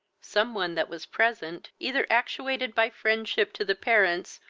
some one that was present, either actuated by friendship to the parents,